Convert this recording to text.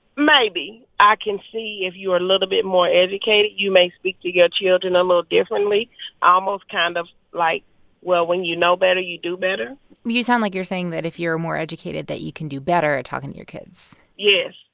maybe. i can see, if you are a little bit more educated, you may speak to your children a little differently almost kind of, like well, when you know better, you do better you you sound like you're saying that, if you're more educated, that you can do better at talking to your kids yes.